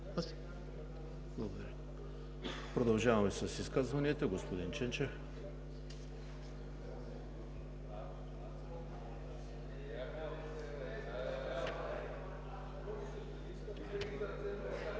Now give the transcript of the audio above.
Продължаваме с изказванията. Господин Ченчев.